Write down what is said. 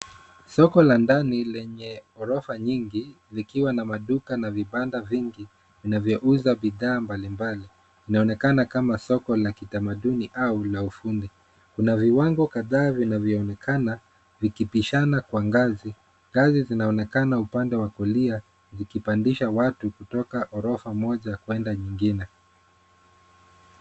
Soko la ndani lenye Ghorofa nyingi likiwa na maduka na vibanda vingi vinavyouza bidhaa mbalimbali. Inaonekana kama soko la kitamaduni au la ufundi. Kuna viwango kadhaa vinavyoonekana vikipishana kwa ngazi. Ngazi zinaonekana upande wa kulia zikipandisha watu kutoka ghorofa moja kwenda lingine.